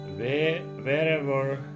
Wherever